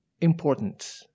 important